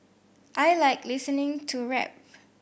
I like listening to rap